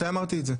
מתי אמרתי את זה?